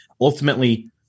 Ultimately